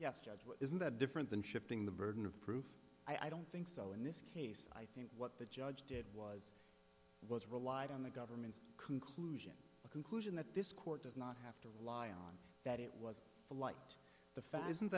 yes judge isn't that different than shifting the burden of proof i don't think so in this case i think what the judge did was was relied on the government's conclusion a conclusion that this court does not have to rely on that it was flight the